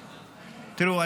תראו,